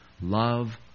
Love